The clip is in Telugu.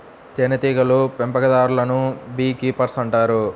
తేనెటీగల పెంపకందారులను బీ కీపర్స్ అంటారు